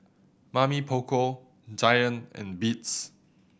Mamy Poko Giant and Beats